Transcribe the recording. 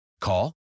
Call